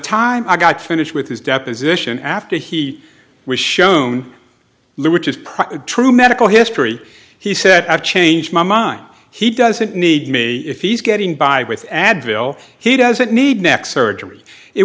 time i got finished with his deposition after he was shown live which is probably true medical history he said i've changed my mind he doesn't need me if he's getting by with advil he doesn't need neck surgery it